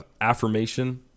affirmation